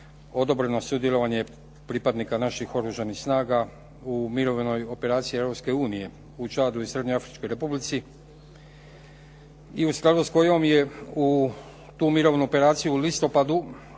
odobreno sudjelovanje pripadnika naših Oružanih snaga u Mirovnoj operaciji Europske unije u Čadu i Srednjeafričkoj Republici i u skladu s kojom je tu mirovnu operaciju u listopadu